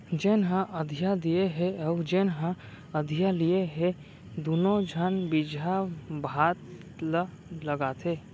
जेन ह अधिया दिये हे अउ जेन ह अधिया लिये हे दुनों झन बिजहा भात ल लगाथें